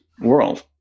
world